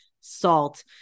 salt